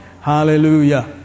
Hallelujah